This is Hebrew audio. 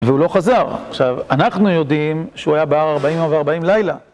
והוא לא חזר. עכשיו, אנחנו יודעים שהוא היה בהר 40 יום ו40 לילה.